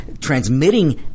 transmitting